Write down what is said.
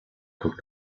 could